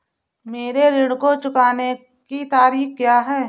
मेरे ऋण को चुकाने की तारीख़ क्या है?